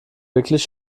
wirklich